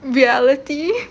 reality